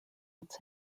its